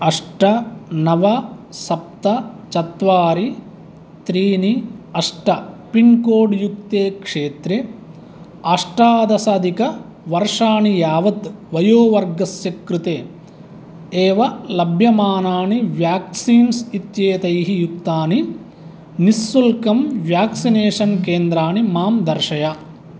अष्ट नव सप्त चत्वारि त्रीणि अष्ट पिन्कोड्युक्ते क्षेत्रे अष्टादश अधिकवर्षाणि यावत् वयोवर्गस्य कृते एव लभ्यमानानि व्याक्सीन्स् इत्येतैः युक्तानि निश्शुल्कं व्याक्सिनेशन् केन्द्राणि मां दर्शय